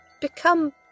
become